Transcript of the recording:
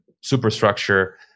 superstructure